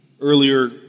earlier